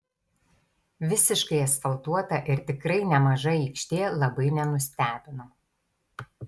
visiškai asfaltuota ir tikrai nemaža aikštė labai nenustebino